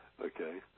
Okay